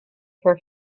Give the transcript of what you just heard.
for